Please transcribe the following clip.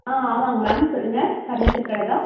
ஆ ஆமாங்க மேம் சொல்லுங்கள் ஃபர்னீச்சர் கடை தான்